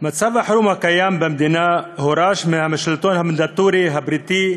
מצב החירום הקיים במדינה הורש מהשלטון המנדטורי הבריטי,